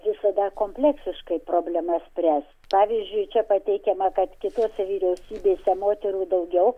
visada kompleksiškai problemą spręs pavyzdžiui čia pateikiama kad kitose vyriausybėse moterų daugiau